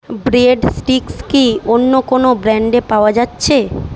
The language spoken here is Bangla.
ব্রেড স্টিক্স কি অন্য কোনও ব্র্যাণ্ডে পাওয়া যাচ্ছে